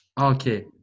Okay